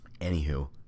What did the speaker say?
Anywho